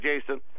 Jason